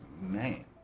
man